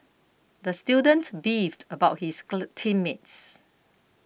the student beefed about his team mates